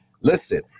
Listen